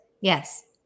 Yes